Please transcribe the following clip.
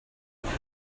ydych